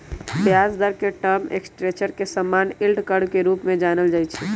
ब्याज दर के टर्म स्ट्रक्चर के समान्य यील्ड कर्व के रूपे जानल जाइ छै